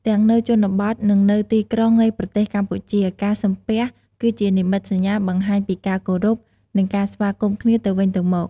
ទាំងនៅជនបទ និង នៅទីក្រុងនៃប្រទេសកម្ពុជា ការសំពះ គឹជានិមិត្តសញ្ញាបង្ហាញពីការគោរព និងការស្វាគមន៍គ្នាទៅវិញទៅមក។